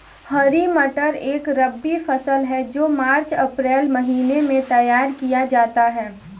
हरी मटर एक रबी फसल है जो मार्च अप्रैल महिने में तैयार किया जाता है